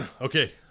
okay